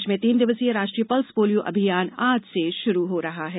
प्रदेश में तीन दिवसीय राष्ट्रीय पल्स पोलियो अभियान आज से शुरू हो रहा है